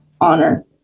honor